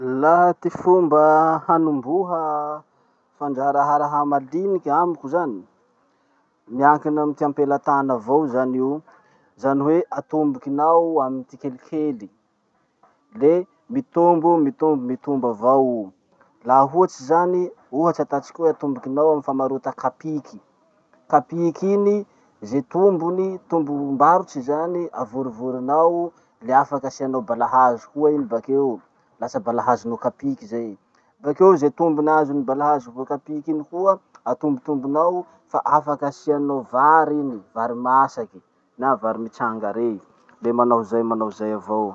Laha ty fomba hanomboha fandraharahà maliniky amiko zany. Miankina amy ty ampelatana avao zany io, zany hoe atombokinao amy ty kelikely le mitombo mitombo mitombo avao o. Laha ohatsy zany, ohatsy ataotsika hoe atombokinao amy famarota kapiky. Kapiky iny, ze tombony, tombom-barotry zany avorovoronao le afaky asianao balahazo koa iny bakeo. Lasa balahazo noho kapiky zay. Bakeo ze tombony azon'ny balahazo vo kapiky iny koa, atombotombonao fa afaky asianao vary iny, vary masaky na vary mitsanga rey. Le manao hozay manao hozay avao.